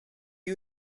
you